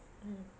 mm